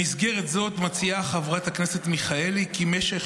במסגרת זאת מציעה חברת הכנסת מיכאלי כי משך